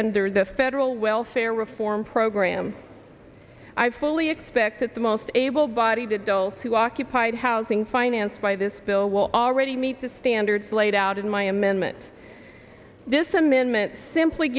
or the federal welfare reform program i fully expect that the most able bodied adults who occupied housing finance by this bill will already meet the standards laid out in my amendment this amendment simply